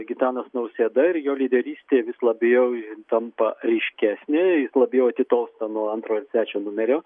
gitanas nausėda ir jo lyderystė vis labiau jin tampa aiškesnė labiau atitolsta nuo antro ir trečio numerio